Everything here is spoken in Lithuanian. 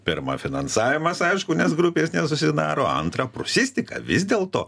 pirma finansavimas aišku nes grupės nesusidaro antra prūsistika vis dėlto